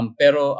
pero